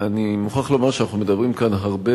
אני מוכרח לומר שאנחנו מדברים כאן הרבה